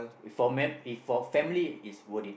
for map if for family is worth it